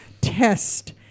test